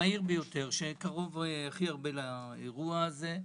המהיר ביותר שהכי קרוב לאירוע הזה.